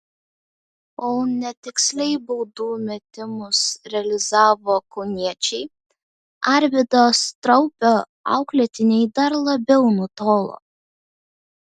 kol netiksliai baudų metimus realizavo kauniečiai arvydo straupio auklėtiniai dar labiau nutolo